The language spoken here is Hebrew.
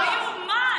לא יאומן.